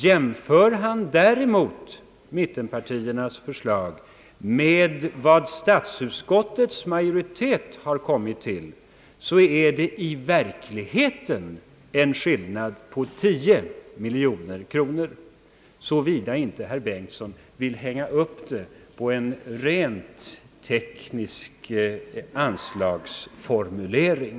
Jämför han däremot mittenpartiernas förslag med vad statsutskottets majoritet föreslår rör det sig i verkligheten om en skillnad på 10 miljoner kronor, såvida inte herr Bengtson vill hänga upp det hela på en rent teknisk anslagsformulering.